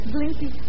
Blinky